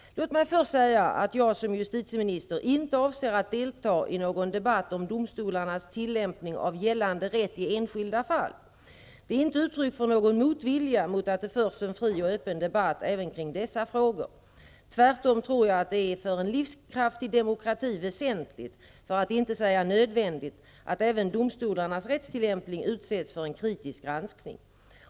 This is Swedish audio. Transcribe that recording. Låt mig först säga att jag som justitieminister inte avser att delta i någon debatt om domstolarnas tillämpning av gällande rätt i enskilda fall. Det är inte uttryck för någon motvilja mot att det förs en fri och öppen debatt även kring dessa frågor. Tvärtom tror jag att det för en livskraftig demokrati är väsentligt, för att inte säga nödvändigt, att även domstolarnas rättstillämpning utsätts för en kritisk granskning.